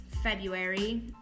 February